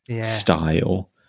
style